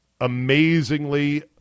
amazingly